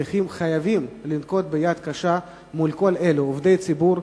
חייבים לנקוט יד קשה מול כל אלה שהם עובדי הציבור,